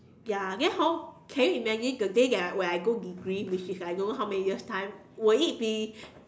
ya because hor can you imagine the day that I when I got degree which is I don't know how many years time will it be